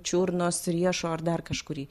čiurnos riešo ar dar kažkurį